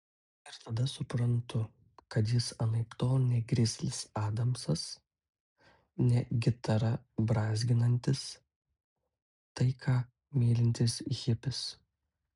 ir tada suprantu kad jis anaiptol ne grizlis adamsas ne gitarą brązginantis taiką mylintis hipis